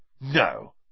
No